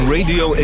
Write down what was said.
Radio